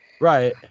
right